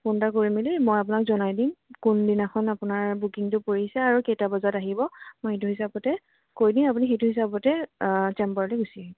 phone এটা কৰি মেলি মই আপোনাক জনাই দিম কোন দিনাখন আপোনাৰ বুকিঙটো পৰিছে আৰু কেইটা বজাত আহিব মই সেইটো হিচাপতে কৈ দিম আপুনি সেইটো হিচাপতে চেম্বাৰলৈ গুচি আহিব